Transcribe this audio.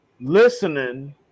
listening